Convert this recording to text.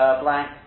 blank